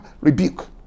rebuke